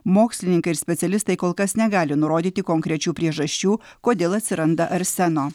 mokslininkai ir specialistai kol kas negali nurodyti konkrečių priežasčių kodėl atsiranda arseno